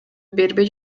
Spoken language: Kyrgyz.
бербей